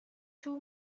two